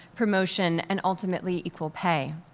promotion, and ultimately, equal pay.